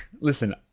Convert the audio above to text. listen